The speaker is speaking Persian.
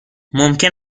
ممکن